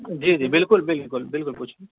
جی جی بالکل بالکل بالکل پوچھیے